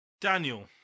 Daniel